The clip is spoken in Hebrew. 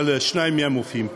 אבל שניים מהם מופיעים פה,